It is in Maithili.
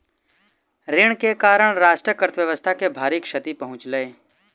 ऋण के कारण राष्ट्रक अर्थव्यवस्था के भारी क्षति पहुँचलै